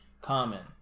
Common